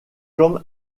comme